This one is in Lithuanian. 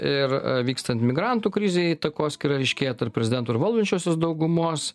ir vykstant migrantų krizei takoskyra ryškėja tarp prezidento ir valdančiosios daugumos